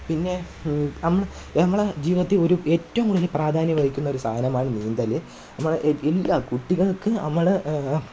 പിന്നെ നമ്മൾ ജീവിതത്തിൽ ഒരു ഏറ്റവും കൂടുതൽ പ്രധാന്യം വഹിക്കുന്ന ഒരു സാധനമാണ് നീന്തൽ നമ്മൾ ഇ എല്ലാ കുട്ടികള്ക്ക് നമ്മൾ